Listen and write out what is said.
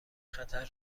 خطر